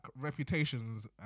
reputations